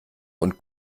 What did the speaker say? und